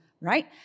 right